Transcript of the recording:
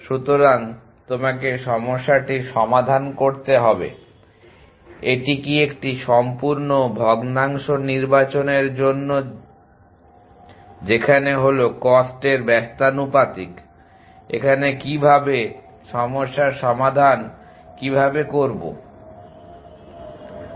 সুতরাং তোমাকে সমস্যাটির সমাধান করতে হবে এটি কি একটি সম্পূর্ণ ভগ্নাংশ নির্বাচনের জন্য যেখানে I হলো কস্ট এর ব্যস্তানুপাতিক এখানে কিভাবে সমস্যার সমাধান কিভাবে করবো